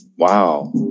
Wow